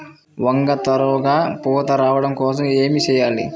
వంగ త్వరగా పూత రావడం కోసం ఏమి చెయ్యాలి?